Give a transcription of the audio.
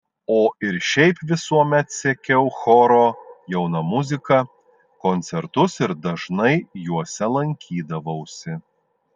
o ir šiaip visuomet sekiau choro jauna muzika koncertus ir dažnai juose lankydavausi